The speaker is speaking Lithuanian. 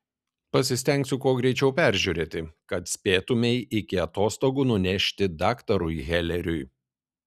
pasistengsiu kuo greičiau peržiūrėti kad spėtumei iki atostogų nunešti daktarui heleriui